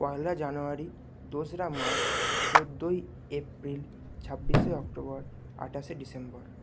পয়লা January দোসরা March চোদ্দোই April ছাব্বিশে অক্টোবর আঠাশে ডিসেম্বর